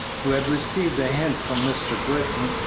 who had received a hint from mr. britton,